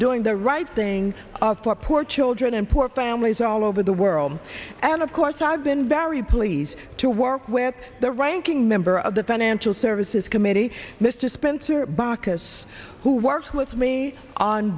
doing the right thing for poor children and poor families all over the world and of course i've been very pleased to work with the ranking member of the financial services committee mr spencer baucus who worked with me on